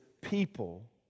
people